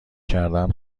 کردن